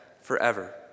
forever